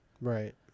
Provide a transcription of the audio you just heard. Right